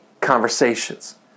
conversations